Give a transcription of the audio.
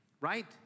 right